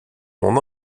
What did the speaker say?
mon